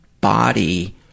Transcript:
body